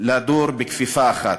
להם לדור בכפיפה אחת.